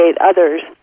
others